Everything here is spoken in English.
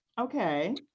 Okay